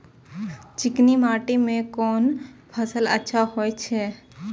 चिकनी माटी में कोन फसल अच्छा होय छे?